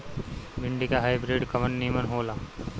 भिन्डी के हाइब्रिड कवन नीमन हो ला?